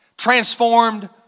transformed